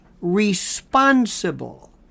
responsible